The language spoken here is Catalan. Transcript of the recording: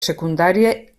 secundària